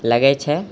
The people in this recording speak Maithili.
लगैत छै